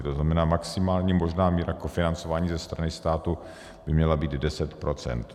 To znamená, maximální možná míra kofinancování ze strany státu by měla být 10 procent.